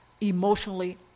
emotionally